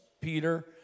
Peter